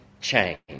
change